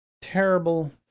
terrible